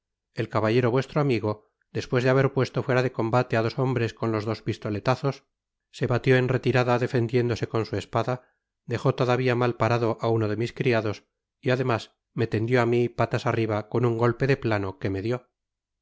el caballero vuestro amigo despues de haber puesto fuera de combate á dos hombres con los dos pistoletazos se batió en retirada defendiéndose con su espada dejó todavia mal parado á uno de mis criados y además me tendió á mi patas arriba con un golpe de plano que me dió